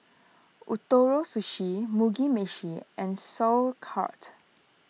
Ootoro Sushi Mugi Meshi and Sauerkraut